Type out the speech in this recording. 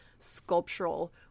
sculptural